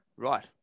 Right